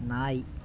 நாய்